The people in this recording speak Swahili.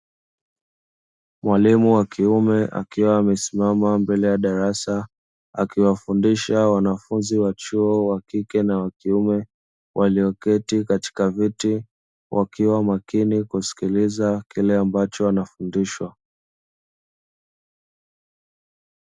Mwalimu wa kiume akiwa amesimama mbele ya darasa akiwafundisha wanafunzi wa chuo wa kike na wa kiume walioketi katika viti wakiwa makini kusikiliza kile ambacho wanafundishwa.